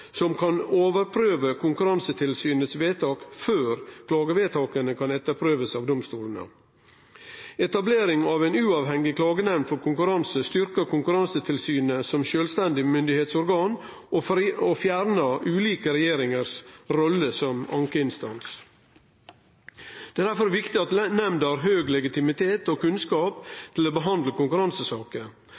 som kan overprøve Konkurransetilsynets vedtak, før klagevedtaka kan bli etterprøvde av domstolane. Etablering av ei uavhengig klagenemnd for konkurranse styrkjer Konkurransetilsynet som sjølvstendig myndigheitsorgan og fjernar ulike regjeringar si rolle som ankeinstans. Det er difor viktig at nemnda har høg legitimitet og kunnskap til å behandle konkurransesaker.